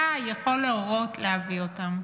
אתה יכול להורות להביא אותם.